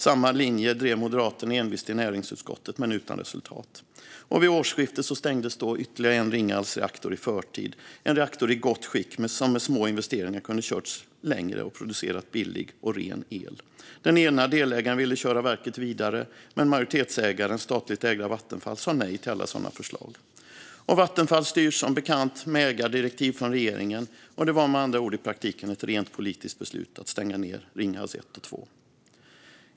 Samma linje drev Moderaterna envist i näringsutskottet, men utan resultat, och vid årsskiftet stängdes ytterligare en Ringhalsreaktor i förtid, en reaktor i gott skick som med små investeringar hade kunnat köras längre och producera billig och ren el. Den ena delägaren ville köra verket vidare, men majoritetsägaren - statligt ägda Vattenfall - sa nej till alla sådana förslag. Vattenfall styrs som bekant med ägardirektiv från regeringen, och det var med andra ord i praktiken ett rent politiskt beslut att stänga ned Ringhals 1 och 2.